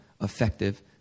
effective